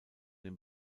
den